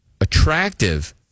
attractive